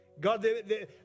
God